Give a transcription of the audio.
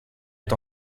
est